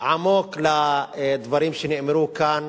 עמוק לדברים שנאמרו כאן.